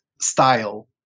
style